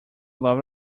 lot